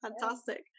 fantastic